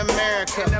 America